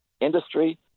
industry